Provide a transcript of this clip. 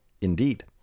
Indeed